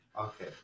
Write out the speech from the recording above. Okay